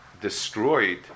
destroyed